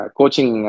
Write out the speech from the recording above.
coaching